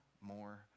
more